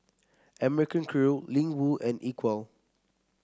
American Crew Ling Wu and Equal